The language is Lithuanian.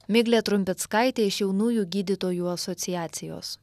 miglė trumpickaitė iš jaunųjų gydytojų asociacijos